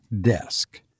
desk